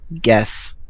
guess